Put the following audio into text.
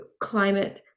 climate